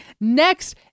Next